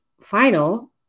final